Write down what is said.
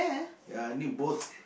ya I need both